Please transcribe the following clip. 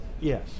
Yes